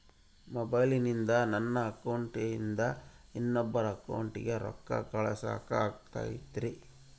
ಮೊಬೈಲಿಂದ ನನ್ನ ಅಕೌಂಟಿಂದ ಇನ್ನೊಬ್ಬರ ಅಕೌಂಟಿಗೆ ರೊಕ್ಕ ಕಳಸಾಕ ಆಗ್ತೈತ್ರಿ?